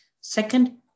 Second